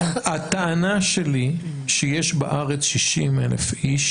הטענה שלי היא שיש בארץ 60,000 איש